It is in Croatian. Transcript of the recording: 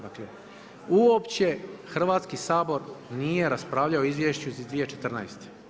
Dakle, uopće Hrvatski sabor nije raspravljao o izvješću iz 2014.